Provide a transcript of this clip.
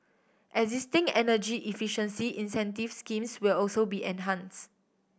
existing energy efficiency incentive schemes will also be enhanced